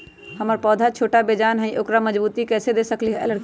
हमर पौधा छोटा बेजान हई उकरा मजबूती कैसे दे सकली ह?